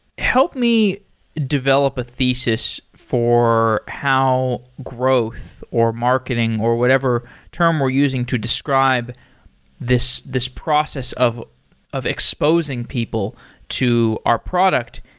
help me develop a thesis for how growth or marketing or whatever term we're using to describe this this process of of exposing people to our product.